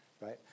Right